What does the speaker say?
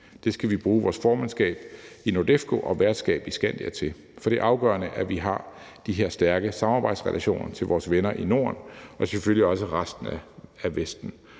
Det skal vi bruge vores formandskab i NORDEFCO og værtskab i SKANDIA til, for det er afgørende, at vi har de her stærke samarbejdsrelationer til vores venner i Norden og selvfølgelig også til resten af Vesten.